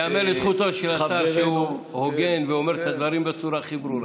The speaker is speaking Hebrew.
ייאמר לזכותו של השר שהוא הוגן ואומר את הדברים בצורה הכי ברורה.